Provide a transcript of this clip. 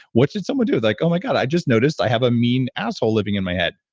what should someone do with like, oh my god, i just noticed i have a mean asshole living in my head?